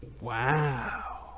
Wow